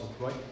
right